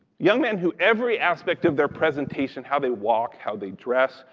young men who every aspect of their presentation, how they walk, how they dress,